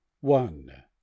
One